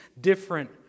different